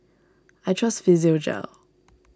I trust Physiogel